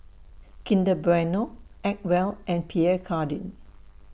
Kinder Bueno Acwell and Pierre Cardin